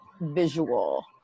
visual